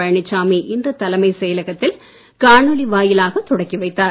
பழனிசாமி இன்று தலைமை செயலகத்தில் காணொளி வாயிலாக தொடக்கி வைத்தார்